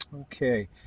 Okay